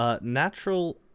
natural